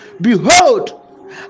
Behold